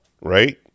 Right